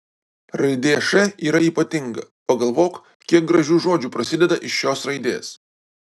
raidė š yra ypatinga pagalvok kiek gražių žodžių prasideda iš šios raidės